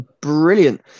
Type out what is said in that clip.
Brilliant